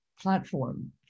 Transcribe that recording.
platform